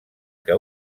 que